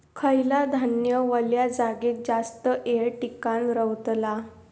खयला धान्य वल्या जागेत जास्त येळ टिकान रवतला?